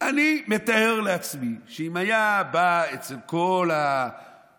אני מתאר לעצמי שאם היה בא אצל כל האחים